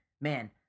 man